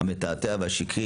המתעתע והשקרי,